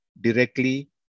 directly